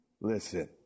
listen